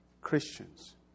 Christians